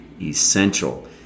essential